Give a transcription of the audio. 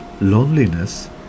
loneliness